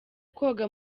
koga